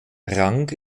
rang